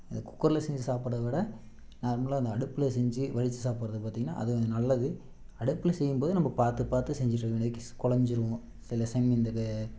இந்த குக்கரில் செஞ்சு சாப்பிட்றத விட நார்மலாக அந்த அடுப்பில் செஞ்சு வடித்து சாப்பிட்றது பார்த்திங்கன்னா அது கொஞ்சம் நல்லது அடுப்பில் செய்யும்போது நம்ம பார்த்து பார்த்து செஞ்சுட்ருக்க வேண்டியது கொழைஞ்சிரும் சில சமயம் இந்த க